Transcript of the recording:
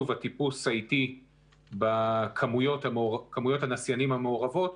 הטיפוס האיטי בכמויות הנסיינים המעורבות.